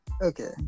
Okay